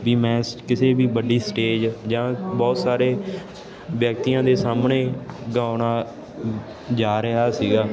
ਵੀ ਮੈਂ ਕਿਸੇ ਵੀ ਵੱਡੀ ਸਟੇਜ ਜਾਂ ਬਹੁਤ ਸਾਰੇ ਵਿਅਕਤੀਆਂ ਦੇ ਸਾਹਮਣੇ ਗਾਉਣ ਜਾ ਰਿਹਾ ਸੀਗਾ